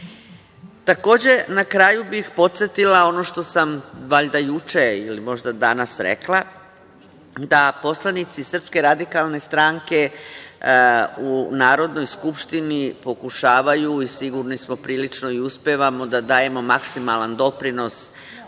važne. Takođe, na kraju bih podsetila ono što sam, valjda juče ili možda danas rekla, da poslanici SRS u Narodnoj skupštini pokušavaju, i sigurni smo prilično i uspevamo da dajemo maksimalan doprinos